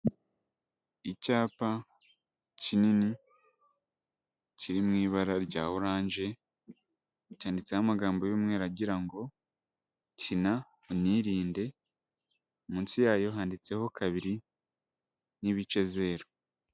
Icyapa kinini kiri mu ibara rya oranje cyanditseho amagambo y'umweru agira ngo kina unirinde, munsi yayo handitseho kabiri n'ibice zeru.